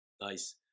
nice